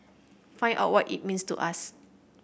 find out what it means to us